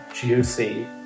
juicy